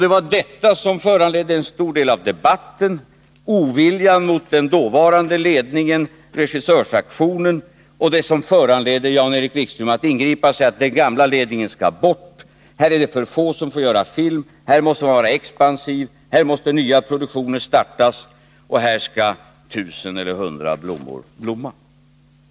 Det var detta som föranledde en stor del av debatten — oviljan mot den dåvarande ledningen, regissörsaktionen — och det som föranledde Jan-Erik Wikström att ingripa och säga att den gamla ledningen skulle bort, att det är för få som har möjlighet att göra film, att institutet måste vara expansivt och att nya produktioner måste startas. Här skall tusen eller hundra blommor blomma.